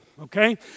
okay